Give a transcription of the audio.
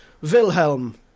Wilhelm